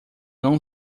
não